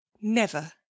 never